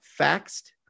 faxed